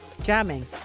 jamming